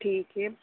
ٹھیک ہے